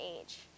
age